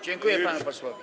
Dziękuję panu posłowi.